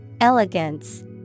Elegance